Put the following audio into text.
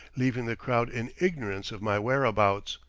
leaving the crowd in ignorance of my whereabouts,